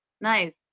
Nice